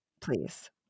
Please